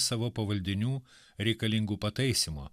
savo pavaldinių reikalingų pataisymo